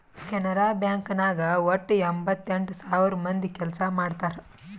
Canara bank ನಾಗ್ ವಟ್ಟ ಎಂಭತ್ತೆಂಟ್ ಸಾವಿರ ಮಂದಿ ಕೆಲ್ಸಾ ಮಾಡ್ತಾರ್